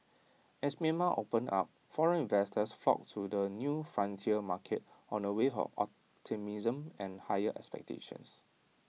as Myanmar opened up foreign investors flocked to the new frontier market on A wave of optimism and high expectations